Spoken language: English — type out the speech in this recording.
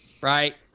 right